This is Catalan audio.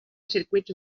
circuit